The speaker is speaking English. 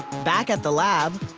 back at the lab,